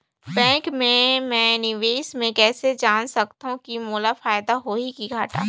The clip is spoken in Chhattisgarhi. बैंक मे मैं निवेश मे कइसे जान सकथव कि मोला फायदा होही कि घाटा?